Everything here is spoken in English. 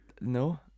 No